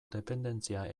dependentzia